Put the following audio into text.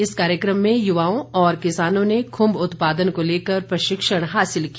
इस कार्यक्रम में युवाओं और किसानों ने खुम्ब उत्पादन को लेकर प्रशिक्षण हासिल किया